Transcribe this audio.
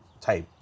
type